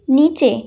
নিচে